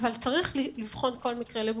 אבל צריך לבחון כל מקרה לגופו.